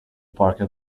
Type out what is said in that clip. bark